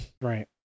Right